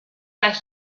that